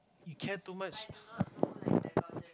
you care too much